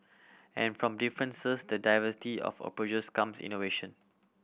and from differences the diversity of approaches comes innovation